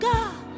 God